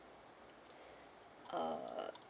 uh